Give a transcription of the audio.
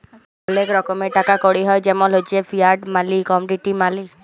ওলেক রকমের টাকা কড়ি হ্য় জেমল হচ্যে ফিয়াট মালি, কমডিটি মালি